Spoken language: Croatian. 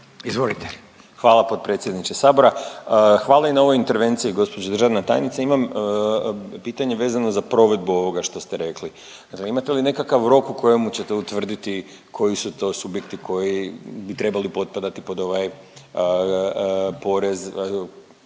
(Nezavisni)** Hvala potpredsjedniče Sabora. Hvala i na ovoj intervenciji, gđo državna tajnice. Imam pitanje vezano za provedbu ovoga što ste rekli. Imate li nekakav rok u kojemu ćete utvrditi koji su to subjekti koji bi trebali potpadati pod ovaj porez,